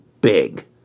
big